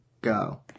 go